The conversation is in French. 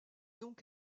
donc